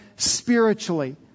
spiritually